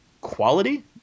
quality